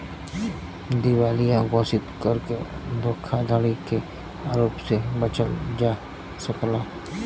दिवालिया घोषित करके धोखाधड़ी के आरोप से बचल जा सकला